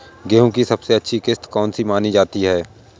गेहूँ की सबसे अच्छी किश्त कौन सी मानी जाती है?